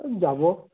ওই যাব